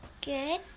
Good